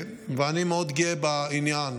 ואני מאוד גאה בעניין.